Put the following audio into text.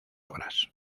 obras